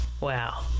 Wow